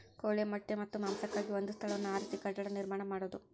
ಕೋಳಿಯ ಮೊಟ್ಟೆ ಮತ್ತ ಮಾಂಸಕ್ಕಾಗಿ ಒಂದ ಸ್ಥಳವನ್ನ ಆರಿಸಿ ಕಟ್ಟಡಾ ನಿರ್ಮಾಣಾ ಮಾಡುದು